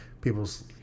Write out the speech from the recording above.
people's